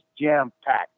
jam-packed